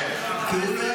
--- כי אם לא,